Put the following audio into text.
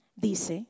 dice